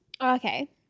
Okay